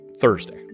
Thursday